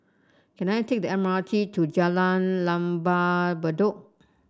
can I take the M R T to Jalan Lembah Bedok